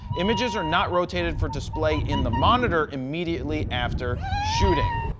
images are not rotated for display in the monitor immediately after shooting.